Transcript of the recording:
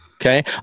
Okay